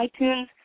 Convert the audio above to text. iTunes